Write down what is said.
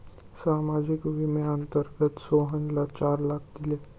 सामाजिक विम्याअंतर्गत मोहनला चार लाख दिले